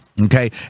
Okay